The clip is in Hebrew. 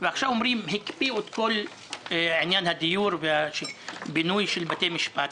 ועכשיו אומרים שהקפיאו את כל עניין הדיור והבינוי של בתי משפט.